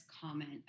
comment